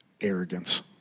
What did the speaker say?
Arrogance